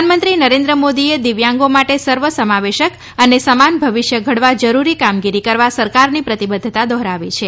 પ્રધાનમંત્રી નરેન્દ્ર મોદીએ દિવ્યાંગો માટે સર્વસમાવેશક અને સમાન ભવિષ્ય ઘડવા જરૂરી કામગીરી કરવા સરકારની પ્રતિબદ્વતા દહોરાવી છે